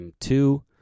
Two